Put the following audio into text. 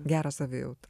gerą savijautą